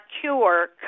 cure